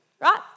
Right